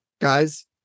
guys